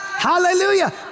hallelujah